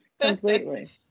completely